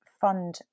fund